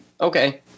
okay